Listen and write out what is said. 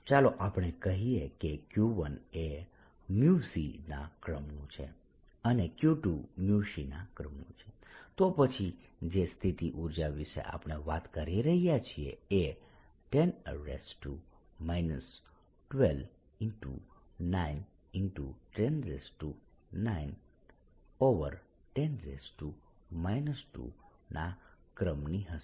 ચાલો આપણે કહીએ કે Q1 એ Cના ક્રમનું છે અને Q2 Cના ક્રમનું છે તો પછી જે સ્થિતિ ઊર્જા વિશે આપણે વાત કરી રહ્યા છીએ એ 10 x 9 x 109 10 2 ના ક્રમની હશે